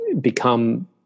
become